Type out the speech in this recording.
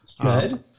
Good